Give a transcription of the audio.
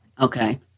Okay